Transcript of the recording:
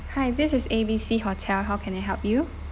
hi this is A_B_C hotel how can I help you